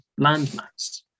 landmass